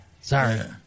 Sorry